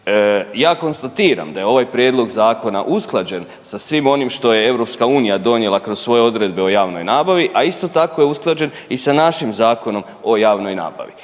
Ja konstatiram da je ovaj prijedlog zakona usklađen sa svim onim što je Europska unija donijela kroz svoje odredbe o javnoj nabavi, a isto tako je usklađen i sa našim Zakonom o javnoj nabavi.